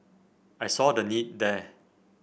I saw the need there